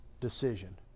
decision